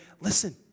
Listen